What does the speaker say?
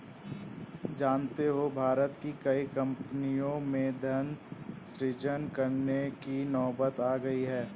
जानते हो भारत की कई कम्पनियों में धन सृजन करने की नौबत आ गई है